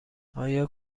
آیا